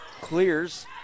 clears